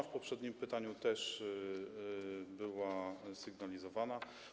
W poprzednim pytaniu też była sygnalizowana.